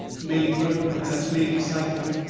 made mirth perhaps, made excitement,